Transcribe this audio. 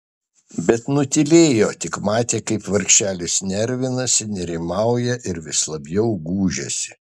bet nutylėjo tik matė kaip vargšelis nervinasi nerimauja ir vis labiau gūžiasi